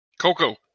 Coco